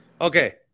Okay